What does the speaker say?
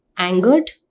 Angered